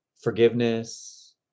forgiveness